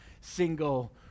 single